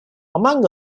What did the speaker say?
among